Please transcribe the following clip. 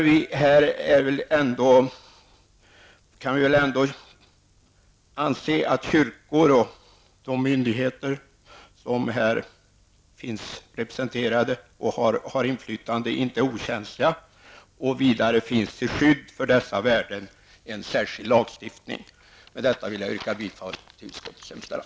Vi kan utgå från att de kyrkor och myndigheter som finns representerade och har inflytande inte är okänsliga. I en särskild lag regleras också skyddet för dessa värden. Herr talman! Med detta yrkar jag bifall för utskottets hemställan.